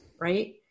right